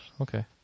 okay